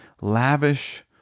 lavish